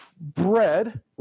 Bread